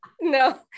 No